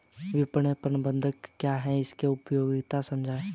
विपणन प्रबंधन क्या है इसकी उपयोगिता समझाइए?